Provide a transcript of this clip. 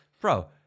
bro